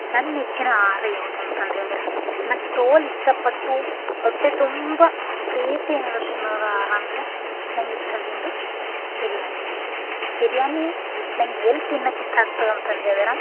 ನನ್ನ ನೆಚ್ಚಿನ ಆಹಾರ ಯಾವುದಂತಂದು ಹೇಳ್ದ್ರೆ ನಂಗೆ ತೋಲು ಇಷ್ಟಪಟ್ಟು ಹೊಟ್ಟೆ ತುಂಬ ಪ್ರೀತಿಯಿಂದ ತಿನ್ನೋದ್ ಆಹಾರ ಅಂದರೆ ನನಗಿಷ್ಟ ಆಗಿದ್ದು ಬಿರ್ಯಾನಿ ಬಿರ್ಯಾನಿ ನಂಗೆ ಎಲ್ಲಿ ತಿನ್ನೋಕ್ಕಿಷ್ಟ ಆಗ್ತದಂತಂದು ಹೇಳ್ದ್ರೆ